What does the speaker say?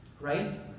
Right